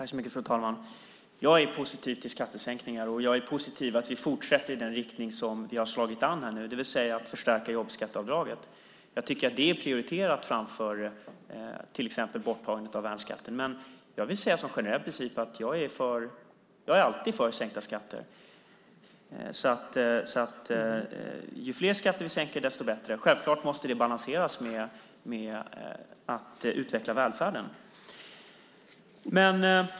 Fru talman! Jag är positiv till skattesänkningar, och jag är positiv till att vi fortsätter i den riktning som vi har slagit an nu, det vill säga att förstärka jobbskatteavdraget. Jag tycker att det är prioriterat framför till exempel borttagning av värnskatten. Men jag vill säga som generell princip att jag alltid är för sänkta skatter. Ju fler skatter vi sänker, desto bättre. Självklart måste det balanseras med att utveckla välfärden.